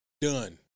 Done